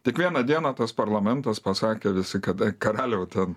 tik vieną dieną tas parlamentas pasakė visi kada karaliau ten